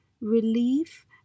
relief